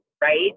Right